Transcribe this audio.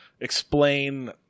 explain